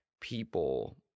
people